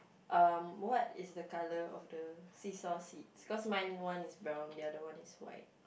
um what is the colour of the seesaw seats cause mine is brown the other one is white